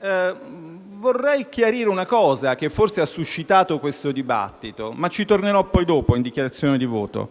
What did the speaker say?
Vorrei chiarire una cosa, che forse ha suscitato questo dibattito, su cui tornerò dopo in sede di dichiarazione di voto: